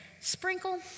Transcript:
Sprinkle